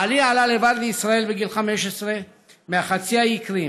בעלי עלה לבד לישראל בגיל 15 מחצי האי קרים.